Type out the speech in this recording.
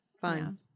fine